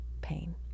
pain